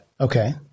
Okay